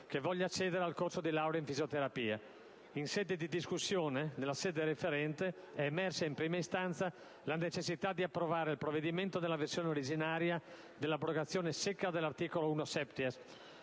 che voglia accedere al corso di laurea in fisioterapia. In sede di discussione nella sede referente è emersa, in prima istanza, la necessità di approvare il provvedimento nella versione originaria dell'abrogazione secca dell'articolo l-*septies*,